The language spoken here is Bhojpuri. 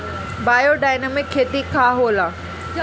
बायोडायनमिक खेती का होला?